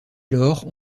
lors